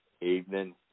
evening